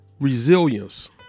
Resilience